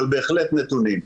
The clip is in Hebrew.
אבל בהחלט נתונים.